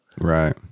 Right